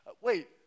Wait